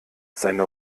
seine